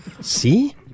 See